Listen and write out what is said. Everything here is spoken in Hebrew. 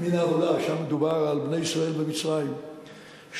שם מדובר על בני ישראל במצרים שסבלו.